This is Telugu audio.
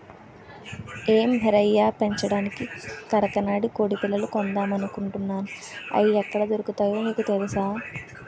ఏం రయ్యా పెంచడానికి కరకనాడి కొడిపిల్లలు కొందామనుకుంటున్నాను, అయి ఎక్కడ దొరుకుతాయో నీకు తెలుసా?